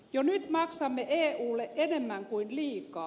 jo nyt maksamme eulle enemmän kuin liikaa